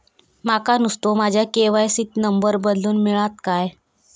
माका नुस्तो माझ्या के.वाय.सी त नंबर बदलून मिलात काय?